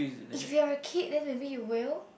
if you are kid then maybe you will